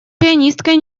пианисткой